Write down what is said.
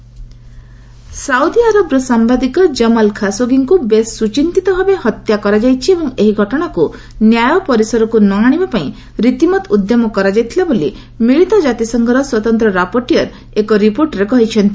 UN Khashoggi Saudi ଆରବର ସାମ୍ଭାଦିକ Kamal ଖାସୋଗିଙ୍କୁ ବେଶ୍ ସୁଚିନ୍ତିତ ଭାବେ ହତ୍ୟା କରାଯାଇଛି ଏବଂ ଏହି ଘଟଣାକୁ ନ୍ୟାୟ ପରିସରକୁ ନ ଆଣିବା ପାଇଁ ରିତିମତ ଉଦ୍ୟମ କରାଯାଇଥିଲା ବୋଲି ମିଳିତ କାତିସଂଘର ସ୍ୱତନ୍ତ୍ର ରାପୋର୍ଟିୟର୍ ଏକ ରିପୋର୍ଟରେ କହିଛନ୍ତି